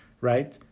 Right